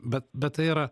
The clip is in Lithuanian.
bet bet tai yra